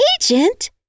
Agent